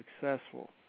successful